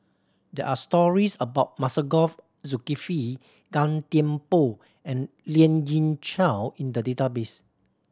there are stories about Masagos Zulkifli Gan Thiam Poh and Lien Ying Chow in the database